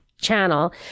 channel